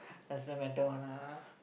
doesn't matter one ah